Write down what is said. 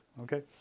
okay